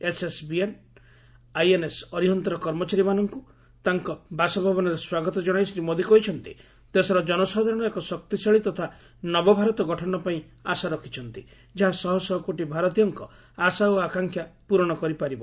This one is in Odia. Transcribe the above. ଏସ୍ଏସ୍ବିଏନ୍ ଆଇଏନ୍ଏସ୍ ଅରିହନ୍ତର କର୍ମଚାରୀମାନଙ୍କୁ ତାଙ୍କ ବାସଭବନରେ ସ୍ୱାଗତ ଜଣାଇ ଶ୍ରୀ ମୋଦି କହିଛନ୍ତି ଦେଶର ଜନସାଧାରଣ ଏକ ଶକ୍ତିଶାଳୀ ତଥା ନବଭାରତ ଗଠନପାଇଁ ଆଶା ରଖିଛନ୍ତି ଯାହା ଶହ ଶହ କୋଟି ଭାରତୀୟ ଆଶା ଓ ଆକାଂକ୍ଷା ପ୍ରରଣ କରିପାରିବ